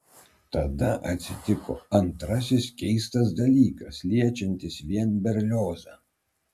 tada atsitiko antrasis keistas dalykas liečiantis vien berliozą